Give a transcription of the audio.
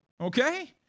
Okay